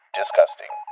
disgusting